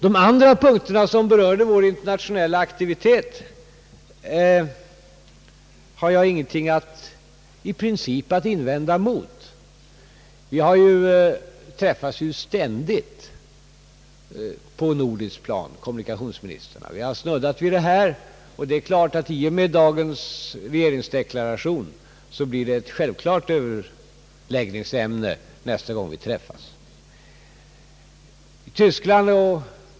De andra punkterna, som berörde vår internationella aktivitet, har jag i princip ingenting att invända mot. De nordiska kommunikationsministrarna träffas ju ständigt. Vi har redan snuddat vid detta spörsmål, och efter dagens regeringsdeklaration blir det självfallet ett överläggningsämne nästa gång vi träffas.